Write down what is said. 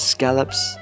Scallops